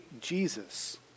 Jesus